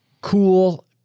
Cool